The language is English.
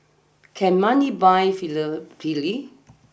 can money buy filial piety